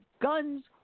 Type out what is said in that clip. guns